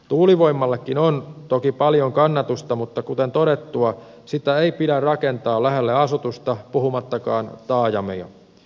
tuulivoimallakin on toki paljon kannatusta mutta kuten todettua sitä ei pidä rakentaa lähelle asutusta puhumattakaan taajamista